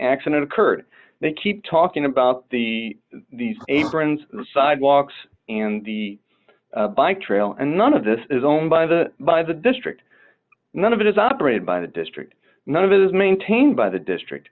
accident occurred they keep talking about the these abrams sidewalks and the bike trail and none of this is owned by the by the district none of it is operated by the district none of it is maintained by the district